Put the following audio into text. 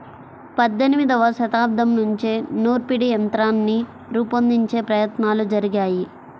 పద్దెనిమదవ శతాబ్దం నుంచే నూర్పిడి యంత్రాన్ని రూపొందించే ప్రయత్నాలు జరిగాయి